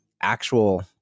actual